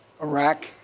Iraq